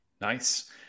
Nice